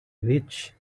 rich